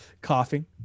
Coughing